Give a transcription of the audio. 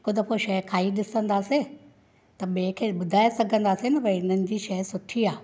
हिकु दफ़ो शइ खाई ॾिसंदासीं त ॿिए खे ॿुधाए सघंदासीं न भई हिननि जी शइ सुठी आहे